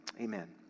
amen